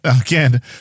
again